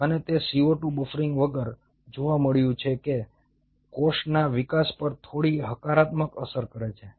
અને તે CO2 buffering વગર જોવા મળ્યું છે કે કોષના વિકાસ પર થોડી હકારાત્મક અસર કરે છે